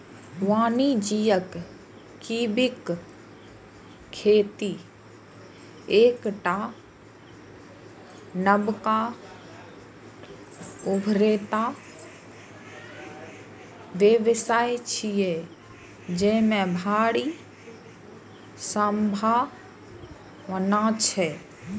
वाणिज्यिक कीवीक खेती एकटा नबका उभरैत व्यवसाय छियै, जेमे भारी संभावना छै